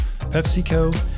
PepsiCo